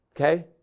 Okay